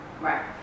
Right